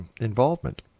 involvement